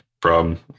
problem